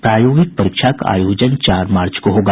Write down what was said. प्रायोगिक परीक्षा का आयोजन चार मार्च को होगा